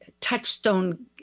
touchstone